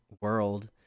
World